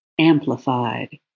amplified